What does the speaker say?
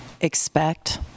expect